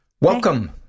Welcome